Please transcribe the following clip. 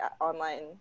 online